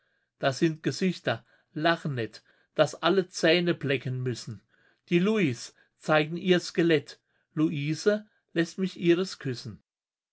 da sind gesichter lachen nett daß alle zähne blecken müssen die louis zeigen ihr skelett louise läßt mich ihres küssen